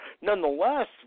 nonetheless